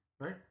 Right